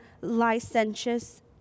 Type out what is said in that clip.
licentious